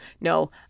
No